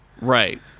right